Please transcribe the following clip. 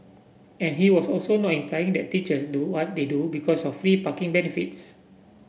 and he was also not implying that teachers do what they do because of free parking benefits